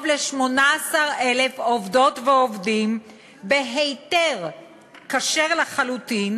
ל-18,000 עובדות ועובדים בהיתר כשר לחלוטין.